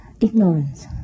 ignorance